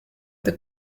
the